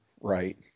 right